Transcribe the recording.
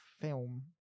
film